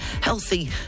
healthy